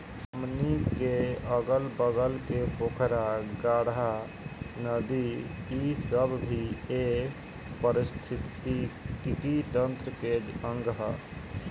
हमनी के अगल बगल के पोखरा, गाड़हा, नदी इ सब भी ए पारिस्थिथितिकी तंत्र के अंग ह